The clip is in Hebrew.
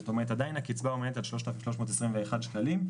זאת אומרת, עדיין הקצבה עומדת על 3,321 שקלים.